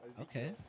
Okay